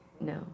No